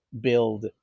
build